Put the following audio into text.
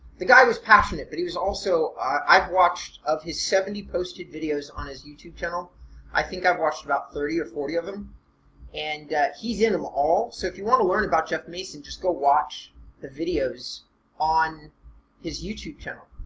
the guy was passionate but he was also, of his seventy posted videos on his youtube channel i think i've watched about thirty or forty of them and he's in them all. so if you want to learn about jeff mason just go watch the videos on his youtube channel